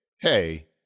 hey